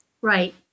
Right